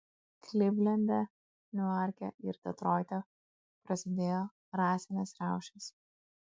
klivlende niuarke ir detroite prasidėjo rasinės riaušės